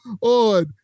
on